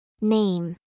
Name